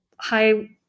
high